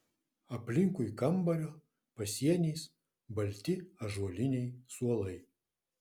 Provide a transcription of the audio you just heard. aplinkui kambario pasieniais balti ąžuoliniai suolai